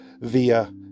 via